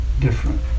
different